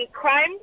crime